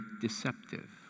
deceptive